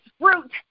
fruit